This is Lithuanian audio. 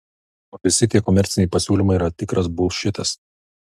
o visi tie komerciniai pasiūlymai yra tikras bulšitas